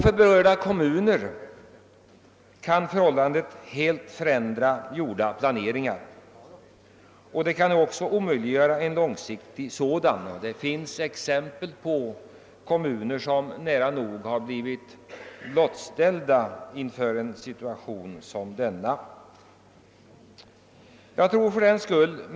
För berörda kommuner kan en kort varseltid helt förändra redan företagna planeringar, och den kan omöjliggöra en långsiktig planering. Det finns exempel på kommuner som nära nog blivit blottställda i en sådan situation.